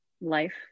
life